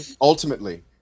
ultimately